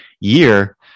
year